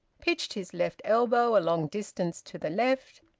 pitched his left elbow a long distance to the left,